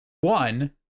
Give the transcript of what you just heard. one